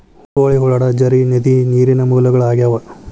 ಹೊಳಿ, ಹೊಳಡಾ, ಝರಿ, ನದಿ ನೇರಿನ ಮೂಲಗಳು ಆಗ್ಯಾವ